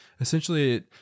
Essentially